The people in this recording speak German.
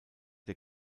der